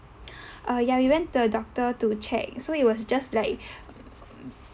err ya we went to a doctor to check so it was just like